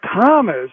Thomas